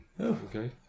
okay